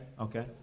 okay